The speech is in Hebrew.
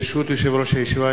ברשות יושב-ראש הישיבה,